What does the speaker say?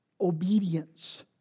obedience